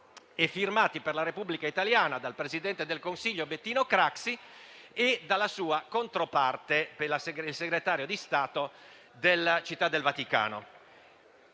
e firmati per la Repubblica Italiana dal presidente del Consiglio Bettino Craxi e dalla sua controparte, il Segretario di Stato della Città del Vaticano.